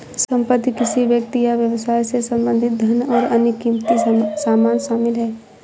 संपत्ति किसी व्यक्ति या व्यवसाय से संबंधित धन और अन्य क़ीमती सामान शामिल हैं